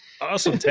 awesome